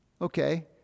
Okay